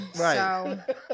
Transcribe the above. Right